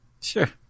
Sure